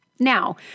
Now